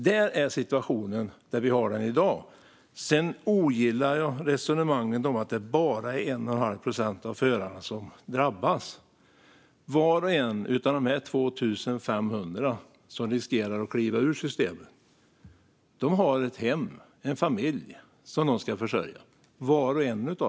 Det är situationen i dag. Sedan ogillar jag resonemangen om att det bara är 1 1⁄2 procent av förarna som drabbas. Var och en av de 2 500 som riskerar att behöva kliva ur systemet har ett hem och en familj som de ska försörja.